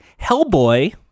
Hellboy